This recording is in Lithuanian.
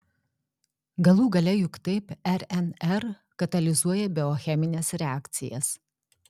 galų gale juk taip rnr katalizuoja biochemines reakcijas